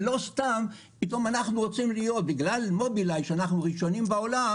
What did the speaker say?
ולא סתם בגלל מובילאיי שאנחנו ראשונים בעולם